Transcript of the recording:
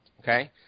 Okay